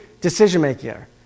decision-maker